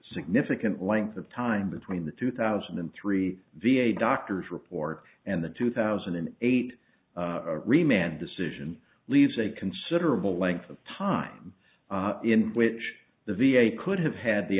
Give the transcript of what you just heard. significant length of time between the two thousand and three v a doctor's report and the two thousand and eight re man decision leaves a considerable length of time in which the v a could have had the